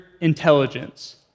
intelligence